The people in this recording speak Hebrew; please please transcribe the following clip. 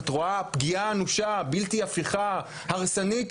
את רואה פגיעה אנושה בלתי הפיכה הרסנית